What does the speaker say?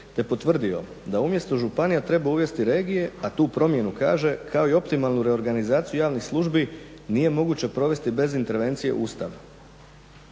te potvrdio da umjesto županija treba uvesti regije, a tu promjenu kaže kao i optimalnu reorganizaciju javnih službi nije moguće provesti bez intervencije u Ustav.